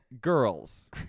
girls